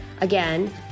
again